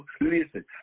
listen